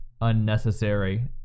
unnecessary